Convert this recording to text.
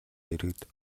дэргэд